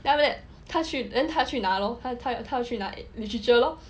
then after that 他去 then 他去拿咯他去拿 literature lor